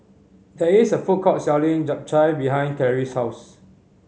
there is a food court selling Japchae behind Clarice's house